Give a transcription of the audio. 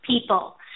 people